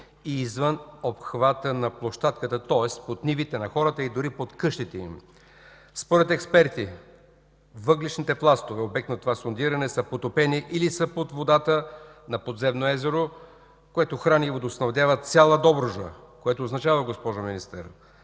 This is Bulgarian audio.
и извън обхвата на площадката, тоест под нивите на хората и дори под къщите им. Според експерти въглищните пластове, обект на това сондиране, са потопени или са под водата на подземно езеро, което храни и водоснабдява цяла Добруджа, което означава, госпожо Министър,